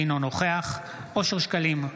אינו נוכח אושר שקלים,